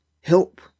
help